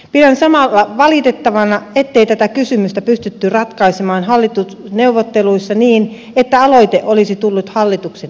pidän samalla valitettavana ettei tätä kysymystä pystytty ratkaisemaan hallitusneuvotteluissa niin että aloite olisi tullut hallituksen esityksenä